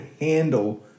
handle